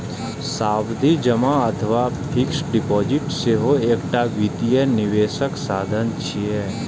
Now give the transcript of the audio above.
सावधि जमा अथवा फिक्स्ड डिपोजिट सेहो एकटा वित्तीय निवेशक साधन छियै